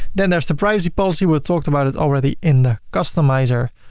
then there is the privacy policy, we've talked about it already in the customizer.